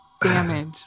damage